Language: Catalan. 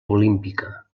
olímpica